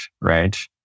right